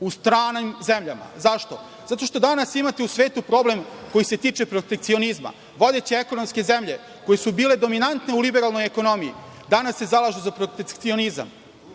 u stranim zemljama. Zašto? Zato što danas imate u svetu problem koji se tiče protekcionizma. Vodeće ekonomske zemlje koji su bile dominantne u liberalnoj ekonomiji danas se zalažu za protekcionizam. Samo